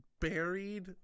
buried